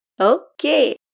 Okay